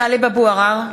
(קוראת בשמות חברי הכנסת) טלב אבו עראר,